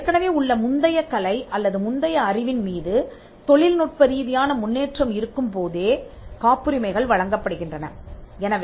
ஏற்கனவே உள்ள முந்தைய கலை அல்லது முந்தைய அறிவின் மீது தொழில்நுட்ப ரீதியான முன்னேற்றம் இருக்கும் போதே காப்புரிமைகள் வழங்கப்படுகின்றன